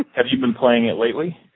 have you been playing it lately?